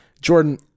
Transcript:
Jordan